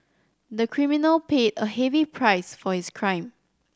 the criminal paid a heavy price for his crime